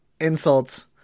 Insults